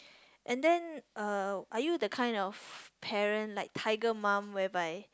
and then uh are you the kind of parent like tiger mom whereby